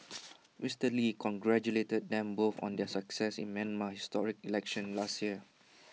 Mister lee congratulated them both on their success in Myanmar's historic elections last year